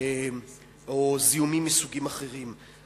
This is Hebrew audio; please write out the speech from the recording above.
או זיהומים מסוגים אחרים.